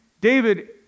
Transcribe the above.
David